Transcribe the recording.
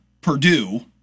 Purdue